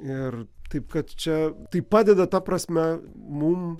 ir taip kad čia tai padeda ta prasme mum